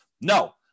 No